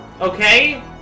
Okay